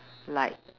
like